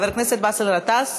חבר הכנסת באסל גטאס,